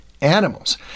animals